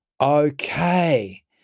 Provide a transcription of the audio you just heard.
okay